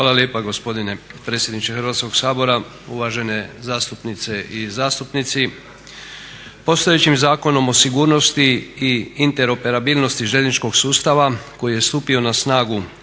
Hvala lijepa gospodine predsjedniče Hrvatskog sabora. Uvažene zastupnice i zastupnici. Postojećim Zakonom o sigurnosti i interoperabilnosti željezničkog sustava koji je stupio na snagu